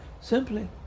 simply